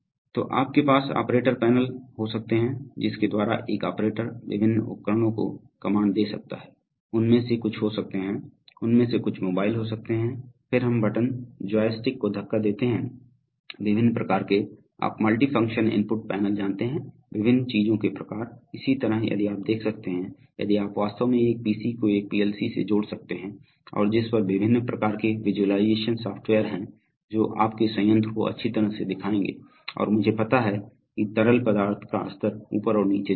तो आपके पास ऑपरेटर पैनल हो सकते हैं जिसके द्वारा एक ऑपरेटर विभिन्न उपकरणों को कमांड दे सकता है उनमें से कुछ हो सकते हैं उनमें से कुछ मोबाइल हो सकते हैं फिर हम बटन जॉयस्टिक को धक्का देते हैं विभिन्न प्रकार के आप मल्टीफ़ंक्शन इनपुट पैनल जानते हैं विभिन्न चीजों के प्रकार इसी तरह यदि आप देख सकते हैं यदि आप वास्तव में एक पीसी को एक पीएलसी से जोड़ सकते हैं और जिस पर विभिन्न प्रकार के विज़ुअलाइज़ेशन सॉफ़्टवेयर हैं जो आपके संयंत्र को अच्छी तरह से दिखाएंगे और मुझे पता है कि तरल पदार्थ का स्तर ऊपर और नीचे जाएगा